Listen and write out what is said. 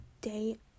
date